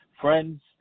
friends